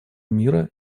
мира